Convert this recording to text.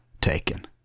taken